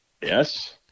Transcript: yes